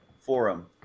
forum